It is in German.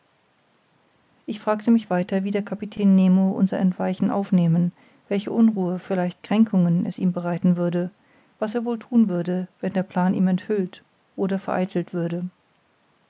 ich fragte mich weiter wie der kapitän nemo unser entweichen aufnehmen welche unruhe vielleicht kränkungen es ihm bereiten würde was er wohl thun würde wenn der plan ihm enthüllt oder vereitelt würde